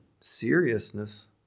seriousness